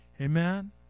Amen